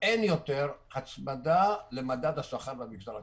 שאין יותר הצמדה למדד השכר במגזר הציבורי.